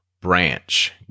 branch